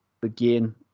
begin